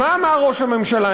מה אמר ראש הממשלה?